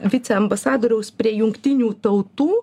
viceambasadoriaus prie jungtinių tautų